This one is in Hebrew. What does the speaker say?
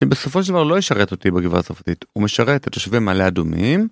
אם בסופו של דבר לא ישרת אותי בגבעה הצרפתית. הוא משרת את תושבי מעלה אדומים